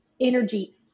energy